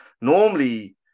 Normally